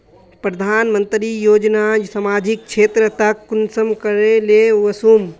प्रधानमंत्री योजना सामाजिक क्षेत्र तक कुंसम करे ले वसुम?